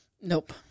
Nope